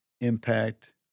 impact